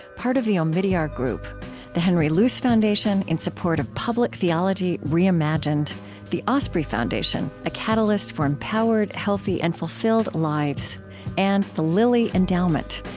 part of the omidyar group the henry luce foundation, in support of public theology reimagined the osprey foundation a catalyst for empowered, healthy, and fulfilled lives and the lilly endowment,